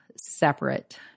separate